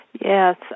Yes